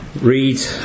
read